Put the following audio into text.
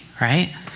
right